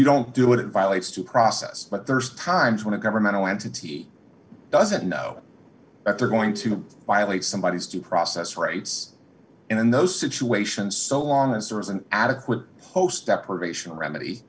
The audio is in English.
you don't do it it violates to process but there's times when a governmental entity doesn't know that they're going to violate somebody has to process rights in those situations so long as there is an adequate host depravation remedy